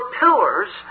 pillars